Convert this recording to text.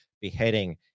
beheading